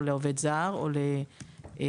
עובד זר או אשפוז.